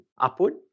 upward